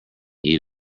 eat